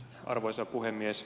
arvoisa puhemies